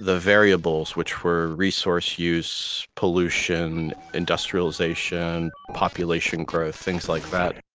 the variables, which were resource use, pollution, industrialization, population growth, things like that,